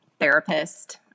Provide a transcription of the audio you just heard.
therapist